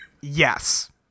Yes